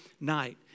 night